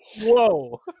Whoa